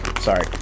sorry